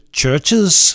churches